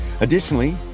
Additionally